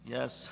Yes